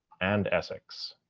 and essex.